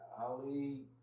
Ali